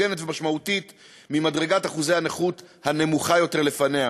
הוגנת ומשמעותית ממדרגת אחוזי הנכות הנמוכה יותר לפניה.